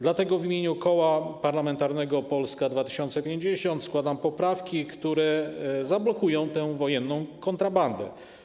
Dlatego w imieniu Koła Parlamentarnego Polska 2050 składam poprawki, które zablokują tę wojenną kontrabandę.